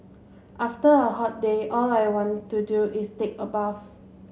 after a hot day all I want to do is take a bath